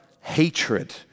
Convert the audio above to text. hatred